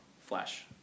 flash